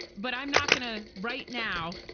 but i'm not going to right now,